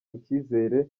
icyizere